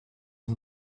and